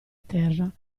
terra